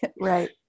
Right